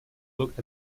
look